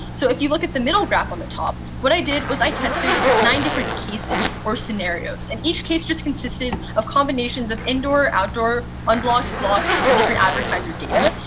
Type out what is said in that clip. so if you look at the middle graph on the top, what i did was i tested nine different cases or scenarios, and each case just consisted of combinations of indoor, outdoor, unblocked, blocked, and different advertiser data.